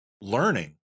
Learning